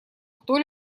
кто